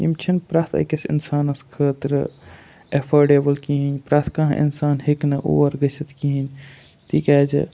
یِم چھِنہٕ پرٛٮ۪تھ أکِس اِنسانَس خٲطرٕ اٮ۪فٲڈیبٕل کہیٖنۍ پرٛٮ۪تھ کانٛہہ اِنسان ہیٚکہِ نہٕ اور گٔژھِتھ کِہیٖنۍ تِکیٛازِ